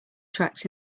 tracks